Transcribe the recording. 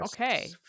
Okay